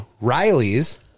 Riley's